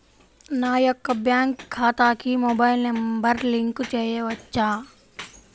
నా యొక్క బ్యాంక్ ఖాతాకి మొబైల్ నంబర్ లింక్ చేయవచ్చా?